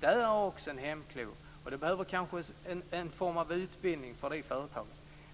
Det är också en hämsko. Det behövs kanske en form av utbildning för de företagen.